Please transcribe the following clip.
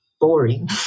boring